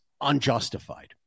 unjustified